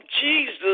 Jesus